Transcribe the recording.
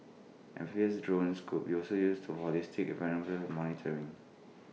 amphibious drones could also used to holistic environmental monitoring